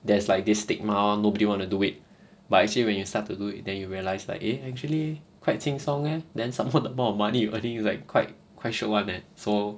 there's like this stigma lor nobody wanna do it but actually when you start to do it then you realize like eh actually quite 轻松 eh then some more the amount of money you earning is like quite quite shiok [one] leh so